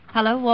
Hello